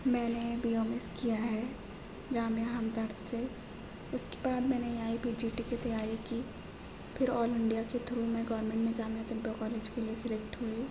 میں نے B U M S کیا ہے جامعہ ہمدرد سے اس کے بعد میں نے آئی پی جی ٹی کی تیاری کی پھر آل انڈیا کے تھرو میں گورنمنٹ نظامیہ طبیہ کالج کے لیے سلیکٹ ہوئی